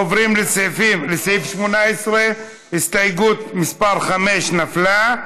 עוברים לסעיף 18. הסתייגות מס' 5 נפלה.